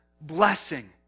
blessing